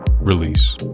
release